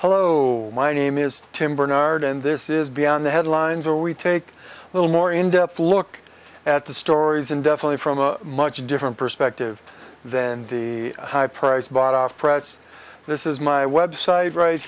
hello my name is tim bernard and this is beyond the headlines or we take a little more in depth look at the stories and definitely from a much different perspective than the high priced bought off pratt's this is my website right